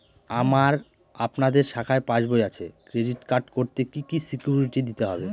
আমার আপনাদের শাখায় পাসবই আছে ক্রেডিট কার্ড করতে কি কি সিকিউরিটি দিতে হবে?